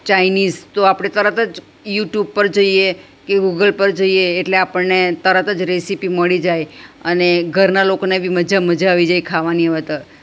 Chinese તો આપણે તરત જ યુટ્યુબ પર જઈએ કે ગૂગલ પર જઈએ એટલે આપણને તરત જ રેસિપી મળી જાય અને ઘરના લોકોને બી મજા મજા આવી જાય ખાવાની હવે તો